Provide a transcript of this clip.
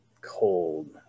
cold